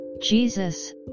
Jesus